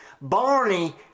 Barney